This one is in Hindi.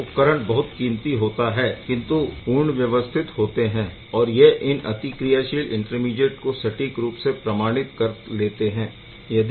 यह उपकरण बहुत कीमती होते है किंतु पूर्ण व्यवस्थित होते है और यह इन अतिक्रियाशील इंटरमीडीएट को सटीक रूप से प्रमाणित कर लेते है